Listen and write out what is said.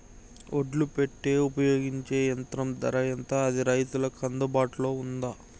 ఒడ్లు పెట్టే ఉపయోగించే యంత్రం ధర ఎంత అది రైతులకు అందుబాటులో ఉందా?